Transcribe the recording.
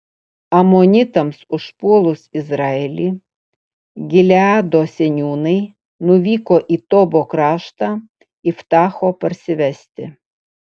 amonitams užpuolus izraelį gileado seniūnai nuvyko į tobo kraštą iftacho parsivesti